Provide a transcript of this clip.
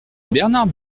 bernard